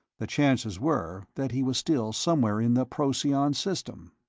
the chances were that he was still somewhere in the procyon system.